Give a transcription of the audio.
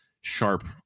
sharp